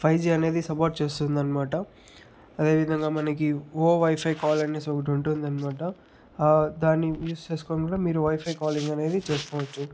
five G అనేది support చేస్తుందనమాట అదేవిధంగా మనకి ఓవైఫై కాల్ అనేసి ఒకటి ఉంటుందనమాట దాన్ని యూస్ చేసుకొని కూడా మీరు వైఫై కాల్ అనేది చేసుకోవచ్చు